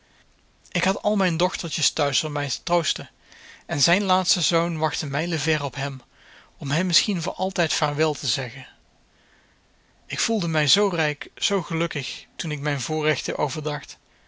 ik had al mijn dochtertjes thuis om mij te troosten en zijn laatste zoon wachtte mijlen ver op hem om hem misschien voor altijd vaarwel te zeggen ik voelde mij zoo rijk zoo gelukkig toen ik mijn voorrechten overdacht